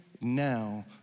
now